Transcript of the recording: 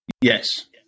Yes